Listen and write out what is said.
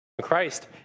Christ